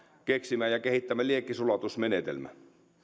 keksimä ja kehittämä liekkisulatusmenetelmä